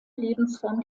lebensform